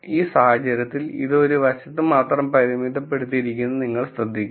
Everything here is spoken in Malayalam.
ഈ സാഹചര്യത്തിൽ അത് ഒരു വശത്ത് മാത്രം പരിമിതപ്പെടുത്തിയിരിക്കുന്നത് നിങ്ങൾ ശ്രദ്ധിക്കും